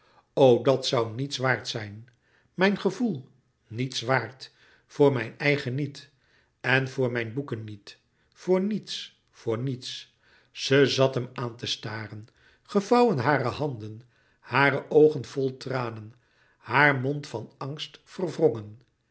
g e v o e l niets waard voor mijn eigen niet en voor mijn boeken niet voor niets voor niets ze zat hem aan te staren gevouwen hare handen haar oogen vol tranen haar mond van angst verwrongen